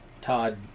Todd